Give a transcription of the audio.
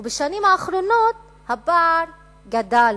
ובשנים האחרונות הפער גדל